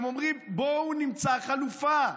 הם אומרים: בואו נמצא חלופה,